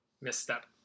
misstep